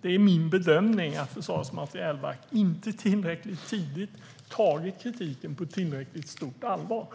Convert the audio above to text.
Det är min bedömning att Försvarets materielverk inte tillräckligt tidigt tagit kritiken på tillräckligt stort allvar.